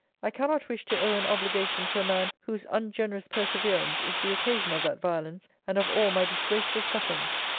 i cannot wish to owe an obligation to a man whose ungenerous perseverance is the occasion of that violence, and of all my disgraceful sufferings.